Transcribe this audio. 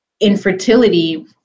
infertility